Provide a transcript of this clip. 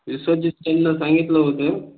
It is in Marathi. विस्वजितताईंना सांगितलं होतं